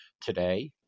Today